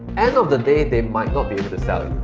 end of the day they might not be able to sell it,